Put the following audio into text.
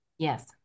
Yes